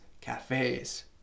cafes